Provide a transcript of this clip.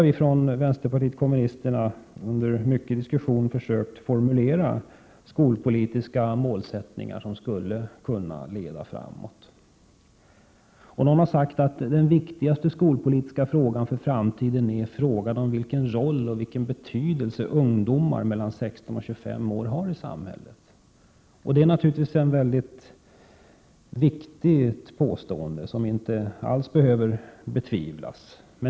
Vänsterpartiet kommunisterna har under mycken diskussion försökt formulera skolpolitiska mål som skulle kunna leda framåt. Någon har sagt att den viktigaste skolpolitiska frågan för framtiden är frågan om vilken roll och vilken betydelse ungdomar mellan 16 och 25 år har i samhället. Det är naturligtvis ett mycket viktigt påstående, vars riktighet inte alls behöver betvivlas.